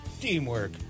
teamwork